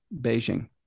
Beijing